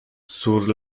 sur